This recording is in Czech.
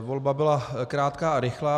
Volba byla krátká a rychlá.